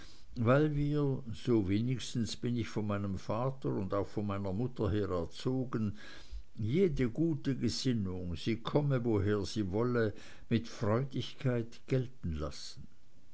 weil wir so wenigstens bin ich von meinem vater und auch von meiner mutter her erzogen jede gute gesinnung sie komme woher sie wolle mit freudigkeit gelten lassen